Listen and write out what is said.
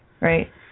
Right